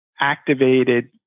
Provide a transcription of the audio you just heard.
activated